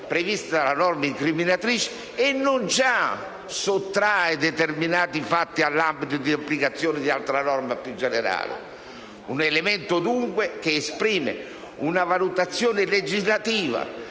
sanzione prevista dalla norma incriminatrice e, non già sottrae determinati fatti all'ambito d'applicazione di altra norma più generale: un elemento, dunque, che esprime una valutazione legislativa